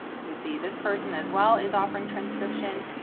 you can see this person as well as offering transcription.